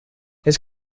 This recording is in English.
his